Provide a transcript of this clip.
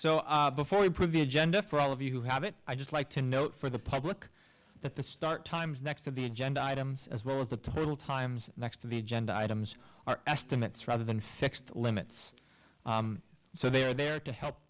so before we preview genda for all of you who have it i just like to note for the public that the start times next to the agenda items as well as the total times next to the agenda items are estimates rather than fixed limits so they are there to help